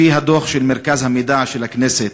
לפי הדוח של מרכז המידע של הכנסת,